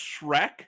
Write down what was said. Shrek